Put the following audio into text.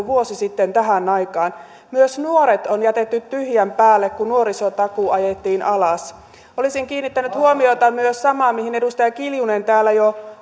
vuosi sitten tähän aikaan myös nuoret on jätetty tyhjän päälle kun nuorisotakuu ajettiin alas olisin kiinnittänyt huomiota myös samaan mihin edustaja kiljunen täällä jo